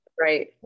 right